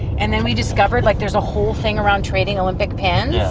and then we discovered, like, there's a whole thing around trading olympic pins,